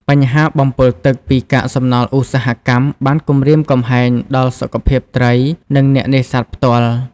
បញ្ហា បំពុលទឹក ពីកាកសំណល់ឧស្សាហកម្មបានគំរាមកំហែងដល់សុខភាពត្រីនិងអ្នកនេសាទផ្ទាល់។